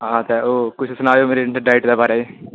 आं ते कुछ सनायो मेरी डाईट दे बारै ई